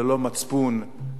ללא מצפון,